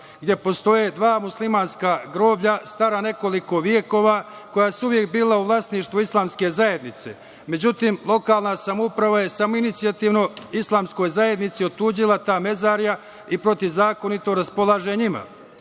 gde postoje dva muslimanska groblja stara nekoliko vekova koja su uvek bila u vlasništvu Islamske zajednice. Međutim, lokalna samouprava je samoinicijativno Islamskoj zajednici otuđila ta mezarija i protivzakonito raspolaže njima. Zato